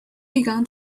began